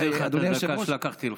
אני מחזיר לך את הדקה שלקחתי לך.